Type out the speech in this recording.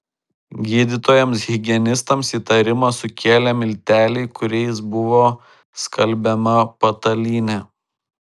gydytojams higienistams įtarimą sukėlė milteliai kuriais buvo skalbiama patalynė